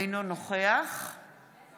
אינו נוכח חוה